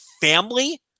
family